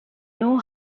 know